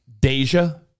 Deja